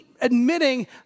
admitting